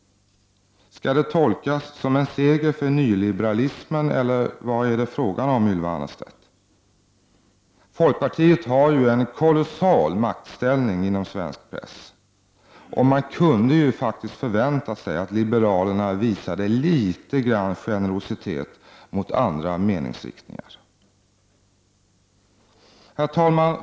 Skall det tolkas som en seger för nyliberalismen, eller vad är det fråga om, Ylva Annerstedt? Folkpartiet har ju en kolossal maktställning inom svensk press, och man kunde faktiskt förvänta sig att liberalerna visade litet generositet mot andra meningsriktningar. Herr talman!